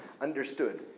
understood